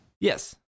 Yes